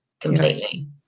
Completely